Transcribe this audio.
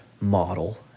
model